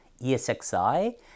ESXi